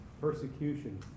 persecution